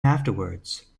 afterwards